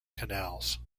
canals